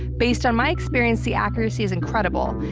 based on my experience, the accuracy is incredible.